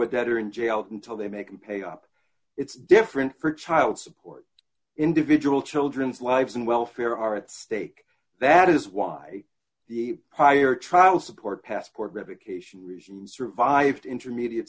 a debtor in jail until they make them pay up it's different for child support individual children's lives and welfare are at stake that is why the higher trial support passport revocation regime survived intermediate